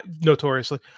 notoriously